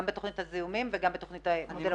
גם בתכנית הזיהומים וגם בתכנית הכוכבים.